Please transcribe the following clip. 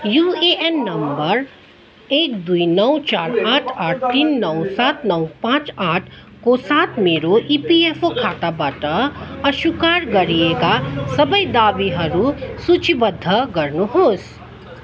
UAN number एक दुई नौ चार आठ आठ तिन नौ सात नौ पाँच आठको साथ मेरो इपिएफओ खाताबाट अस्वीकार गरिएका सबै दावीहरू सूचीबद्ध गर्नुहोस्